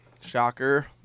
shocker